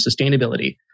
sustainability